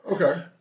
Okay